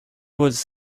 was